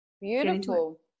beautiful